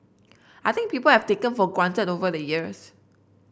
I think people have taken for granted over the years